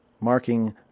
marking